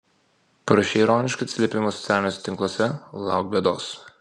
parašei ironišką atsiliepimą socialiniuose tinkluose lauk bėdos